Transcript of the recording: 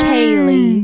Kaylee